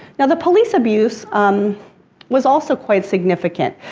now, the police abuse um was also quite significant.